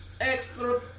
Extra